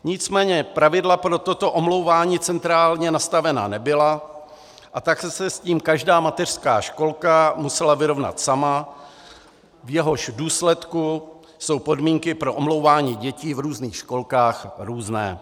Nicméně pravidla pro toto omlouvání centrálně nastavená nebyla, a tak se s tím každá mateřská školka musela vyrovnat sama, v důsledku čehož jsou podmínky pro omlouvání dětí v různých školkách různé.